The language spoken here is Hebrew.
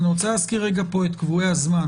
אני רוצה להזכיר את קבועי הזמן